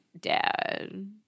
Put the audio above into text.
dad